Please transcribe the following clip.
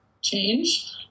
change